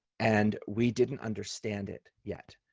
and we didn't understand it yet,